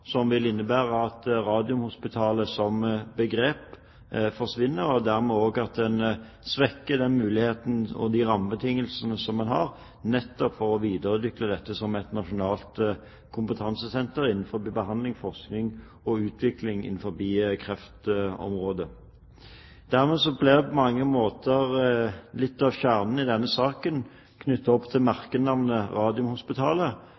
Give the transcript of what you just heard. som vil innebære at Radiumhospitalet som begrep forsvinner, og dermed svekker en den muligheten og de rammebetingelsene en har for å videreutvikle dette som et nasjonalt kompetansesenter innenfor behandling, forskning og utvikling på kreftområdet. Dermed blir litt av kjernen i denne saken knyttet til